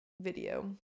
video